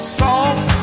soft